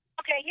Okay